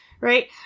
right